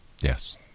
Yes